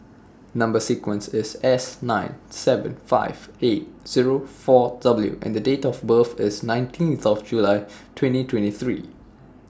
Number sequence IS S nine seven five eight Zero four W and The Date of birth IS nineteenth of July twenty twenty three